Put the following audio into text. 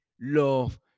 Love